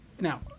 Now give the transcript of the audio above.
now